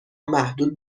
محدود